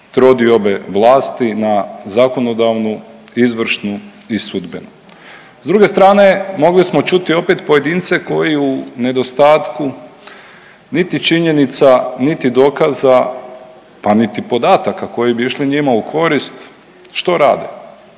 trodiobe vlasti na zakonodavnu, izvršnu i sudbenu. S druge strane mogli smo čuti opet pojedince koji u nedostatku niti činjenica niti dokaza, pa niti podataka koji bi išli njima u korist, što rade?